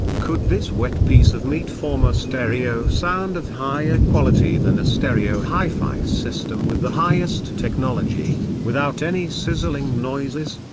could this wet piece of meat form a stereo sound of higher quality than a stereo hi-fi system with the highest technology, without any sizzling noises?